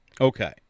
Okay